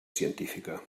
científica